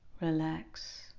relax